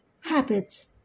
habits